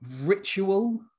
ritual